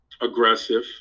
aggressive